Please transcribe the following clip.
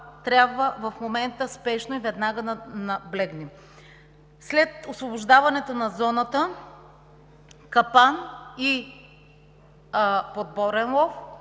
това в момента трябва спешно и веднага да наблегнем. След освобождаването на зоната – капан и подборен лов,